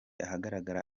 ahagaragara